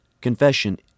Confession